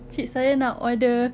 cik saya nak order